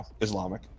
Islamic